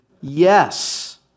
Yes